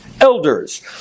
elders